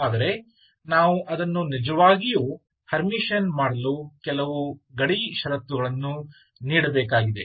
ಆದರೆ ನಾವು ಅದನ್ನು ನಿಜವಾಗಿಯೂ ಹರ್ಮಿಟಿಯನ್ ಮಾಡಲು ಕೆಲವು ಗಡಿ ಷರತ್ತುಗಳನ್ನು ನೀಡಬೇಕಾಗಿದೆ